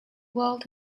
world